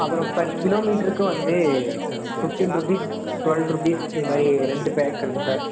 அப்புறம் per kilo மீட்ருக்கு வந்து ஃபிஃப்ட்டின் ருபீஸ் டுவல் ருபீஸ் இது மாதிரி ரெண்டு பேக் இருக்குது சார்